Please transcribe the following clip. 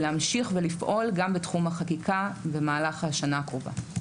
להמשיך לפעול גם בתחום החקיקה במהלך השנה הקרובה.